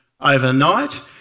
overnight